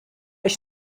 ich